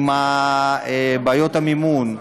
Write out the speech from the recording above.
עם בעיות המימון,